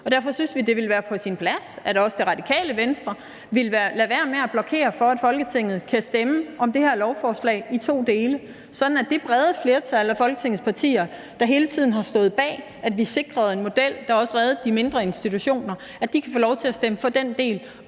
ud. Derfor synes vi, det ville være på sin plads, at også Radikale Venstre ville lade være med at blokere for, at Folketinget kan stemme om det her lovforslag i to dele, sådan at det brede flertal af Folketingets partier, der hele tiden har stået bag, at vi sikrede en model, der også reddede de mindre institutioner, kan få lov til at stemme for den del,